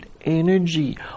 energy